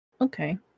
okay